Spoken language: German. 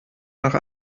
nach